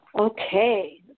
Okay